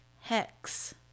Hex